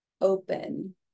open